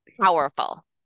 Powerful